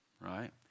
right